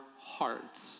hearts